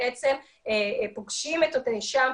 שפוגשים את הנאשם,